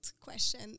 question